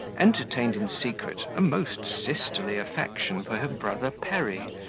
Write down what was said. entertained in secret a most sisterly affection for her brother perry,